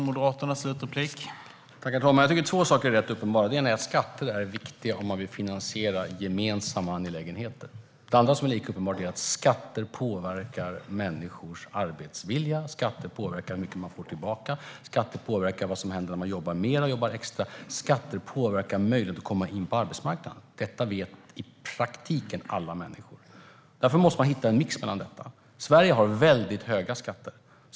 Herr talman! Jag tycker att två saker är uppenbara. Det ena är att skatter är viktiga om man vill finansiera gemensamma angelägenheter. Det andra är att skatter påverkar människors arbetsvilja, skatter påverkar hur mycket man får tillbaka, skatter påverkar vad som händer om man jobbar mer, jobbar extra, skatter påverkar möjligheten att komma in på arbetsmarknaden. Detta vet i praktiken alla människor. Därför måste vi hitta en mix. Sverige har väldigt höga skatter.